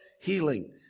healing